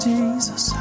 Jesus